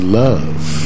love